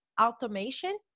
automation